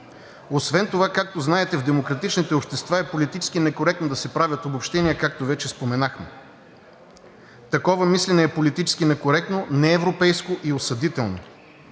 Освен това, както знаете, в демократичните общества е политически некоректно да се правят обобщения, както вече споменахме. Такова мислене е политически некоректно, неевропейско и осъдително.